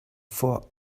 for